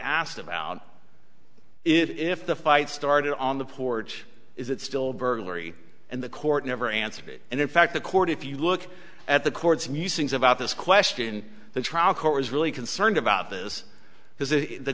asked about if the fight started on the porch is it still burglary and the court never answered it and in fact the court if you look at the court's musings about this question the trial court was really concerned about this because the